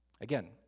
Again